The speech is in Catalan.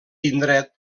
indret